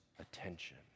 attention